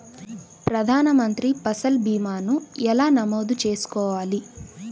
ప్రధాన మంత్రి పసల్ భీమాను ఎలా నమోదు చేసుకోవాలి?